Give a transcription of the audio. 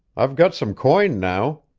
i've got some coin now.